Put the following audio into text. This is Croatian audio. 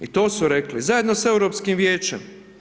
I to su rekli zajedno sa Europskim vijećem.